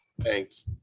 Thanks